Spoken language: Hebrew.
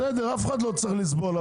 אף אחד לא צריך לסבול,